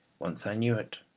once i knew it,